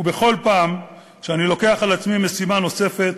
בכל פעם שאני לוקח על עצמי משימה נוספת